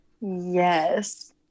Yes